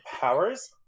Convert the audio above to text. power's